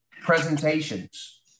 presentations